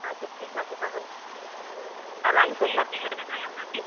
আচ্ছা ঠিক আছে তাহলে তাহলে আমি সোমবার দিন ওইটা জমা করছি